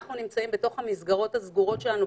אנחנו נמצאים בתוך המסגרות הסגורות שלנו,